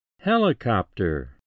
Helicopter